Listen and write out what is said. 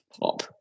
pop